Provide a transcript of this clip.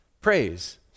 praise